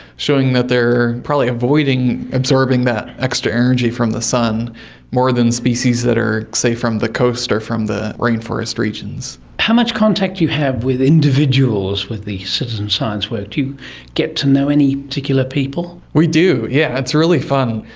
showing that they are probably avoiding absorbing that extra energy from the sun more than species that are, say, from the coast or from the rainforest regions. how much contact do you have with individuals with the citizen science work? do you get to know any particular people? we do, yes, yeah it's really fun.